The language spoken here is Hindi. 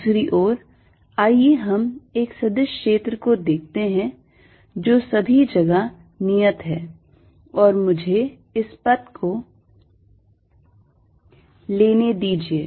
दूसरी ओर आइए हम एक सदिश क्षेत्र को देखते हैं जो सभी जगह नियत है और मुझे इस पथ को लेने दीजिए